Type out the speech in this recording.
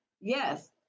Yes